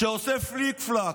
שעושה פליק-פלאק,